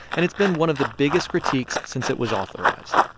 and it's been one of the biggest critiques since it was authorized.